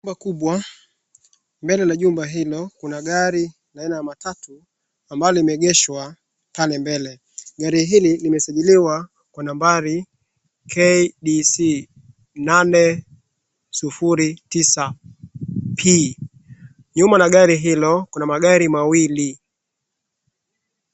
Jumba kubwa, mbele la jumba hilo kuna gari la aina ya matatu ambalo limeegeshwa pale mbele. Gari hili limesajiliwa kwa nambari KDC nane susfuri tisa P. Nyuma la gari hilo kuna magari mawili.